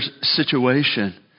situation